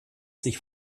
sich